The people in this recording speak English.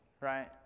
right